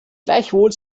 gleichwohl